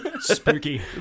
Spooky